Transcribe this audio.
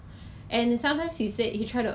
他给 the mask 的时候